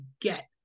get